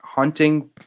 Hunting